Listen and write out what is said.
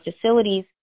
facilities